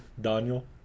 Daniel